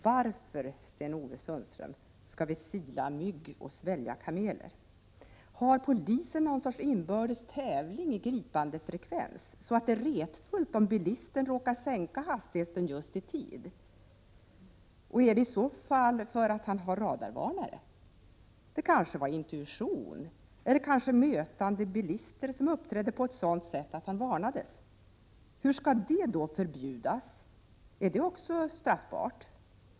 Varför skall vi sila mygg och svälja kameler, Sten-Ove Sundström? Har polisen någon inbördes tävling i gripandefrekvens, så att det är retfullt om bilisten råkar sänka hastigheten just i tid? Beror det i så fall på att han har radarvarnare? Det kanske var intuition, eller också uppträdde mötande bilister på ett sådant sätt att han varnades. Hur skall det förbjudas? Är det också straffbart?